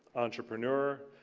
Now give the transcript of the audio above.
entrepreneur,